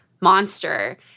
Monster